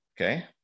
okay